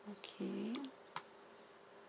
okay